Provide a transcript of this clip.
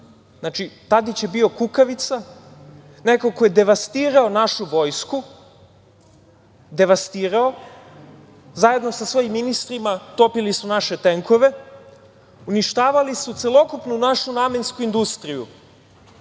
Tadić je bio kukavica, neko ko je devastirao našu vojsku, zajedno sa svojim ministrima, topili su naše tenkove, uništavali su celokupnu našu namensku industriju.